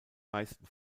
meisten